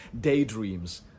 daydreams